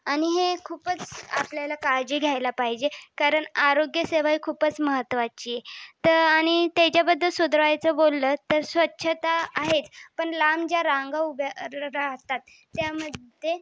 आणि हे खूपच आपल्याला काळजी घ्यायला पाहिजे कारण आरोग्यसेवा ही खूपच महत्त्वाची आहे तर आणि त्याच्याबद्दल सुधरवायचं बोललं तर स्वच्छता आहेच पण लांब ज्या रांगा उभ्या राहतात त्यामध्ये